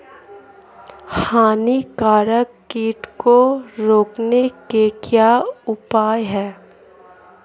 हानिकारक कीट को रोकने के क्या उपाय हैं?